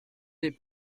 des